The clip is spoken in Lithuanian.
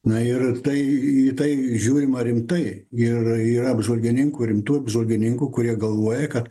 na ir tai į tai žiūrima rimtai ir yra apžvalgininkų rimtų apžvalgininkų kurie galvoja kad